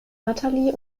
natalie